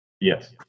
Yes